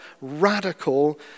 radical